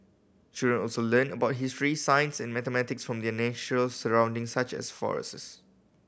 children also learned about history science and mathematics from their natural surroundings such as forests